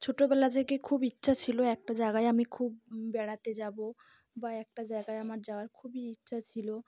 ছোটোবেলা থেকে খুব ইচ্ছা ছিল একটা জায়গায় আমি খুব বেড়াতে যাব বা একটা জায়গায় আমার যাওয়ার খুবই ইচ্ছা ছিল